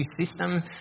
system